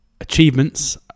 achievements